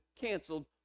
canceled